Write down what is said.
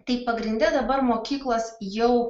tai pagrinde dabar mokyklos jau